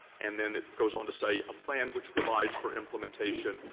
and then it goes on to say, a plan which provides for implementation,